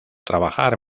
trabajar